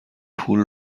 پول